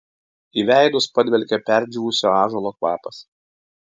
į veidus padvelkė perdžiūvusio ąžuolo kvapas